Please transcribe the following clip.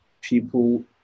people